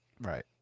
Right